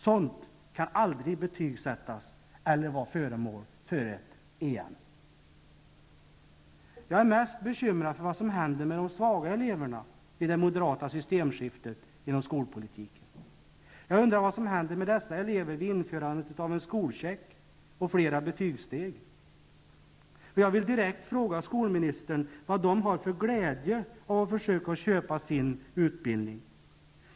Sådant kan aldrig betygsättas eller vara föremål för ett EM. Jag är mest bekymrad över vad som händer med de svaga eleverna vid det moderata systemskiftet inom skolpolitiken. Jag undrar vad som händer med dessa elever vid införandet av en skolcheck och flera betygssteg. Jag vill direkt fråga skolministern vad dessa elever har för glädje av att försöka köpa sin utbildning.